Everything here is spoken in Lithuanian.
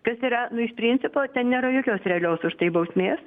kas yra nu iš principo ten nėra jokios realios už tai bausmės